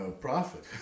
profit